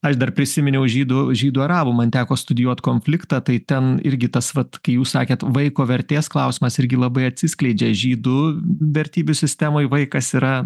aš dar prisiminiau žydų žydų arabų man teko studijuot konfliktą tai ten irgi tas vat kai jūs sakėt vaiko vertės klausimas irgi labai atsiskleidžia žydų vertybių sistemoj vaikas yra